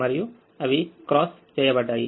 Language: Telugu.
మరియు అవి క్రాస్ చేయబడ్డాయి